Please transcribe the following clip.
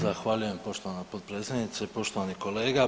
Zahvaljujem poštovana potpredsjedniče, poštovani kolega.